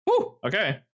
Okay